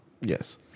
Yes